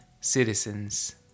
citizens